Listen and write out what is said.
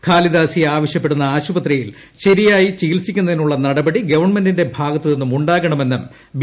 ഖാലിദാസിയ ആവശ്യപ്പെടുന്ന ആശുപത്രിയിൽറ്റ ശരിയായി ചികിത്സിക്കുന്നതിനുള്ള നടപടി ഗവൺമെന്റിന്റെ ഭാഗത്ത് നിന്നും ഉണ്ടാകണമെന്നും ബി